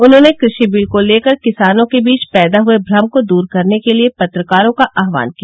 उन्होंने कृषि बिल को लेकर किसानों के बीच पैदा हुये श्रम को दूर करने के लिये पत्रकारों का आह्वान किया